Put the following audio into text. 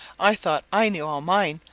i thought i knew all mine,